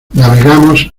navegamos